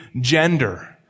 gender